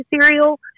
cereal